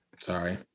Sorry